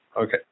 Okay